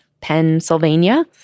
Pennsylvania